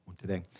Today